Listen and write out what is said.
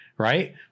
Right